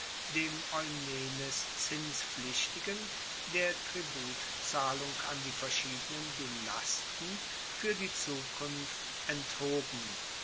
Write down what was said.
dem eumenes zinspflichtigen der tributzahlung an die verschiedenen dynasten fuer die zukunft enthoben